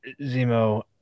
Zemo